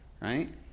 right